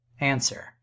Answer